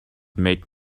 made